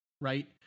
right